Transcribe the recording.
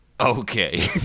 okay